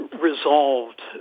resolved